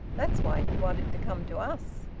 that's why he wanted to come to us.